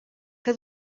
que